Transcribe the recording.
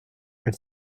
had